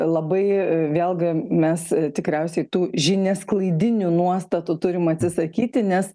labai vėlgi mes tikriausiai tų žiniasklaidinių nuostatų turim atsisakyti nes